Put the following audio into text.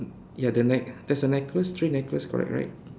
ya the neck there is a necklace three necklace correct right